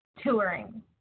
touring